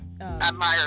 admire